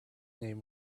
name